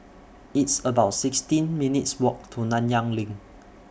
It's about sixteen minutes' Walk to Nanyang LINK